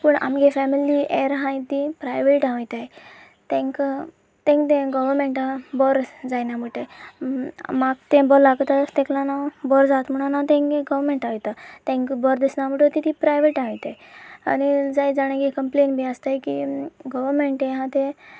पूण आमचे फॅमिली हेर आसात ती प्रायवेटा वताय तांकां तांकां तें गोवमेंटा बोर जायना म्हुणटाय म्हाका तें बरें लागोता तेका लागो हांव बरें जाता म्हणून हांव तांच्या गोवमेंटा वता तांकां बरें दिसना म्हणून तीं तीं प्रायवेटा वयता आनी जाय जाणांचीं कंमप्लेन बी आसताय की गोवमेंट आसा तें